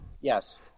Yes